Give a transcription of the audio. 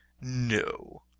No